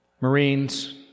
Marines